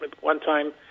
one-time